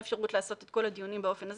האפשרות לעשות את כל הדיונים באופן הזה,